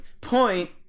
point